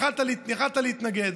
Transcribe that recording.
יכולת להתנגד.